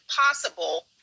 possible